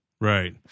Right